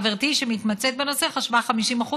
חברתי שמתמצאת בנושא חשבה שזה 50%,